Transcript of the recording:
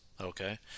Okay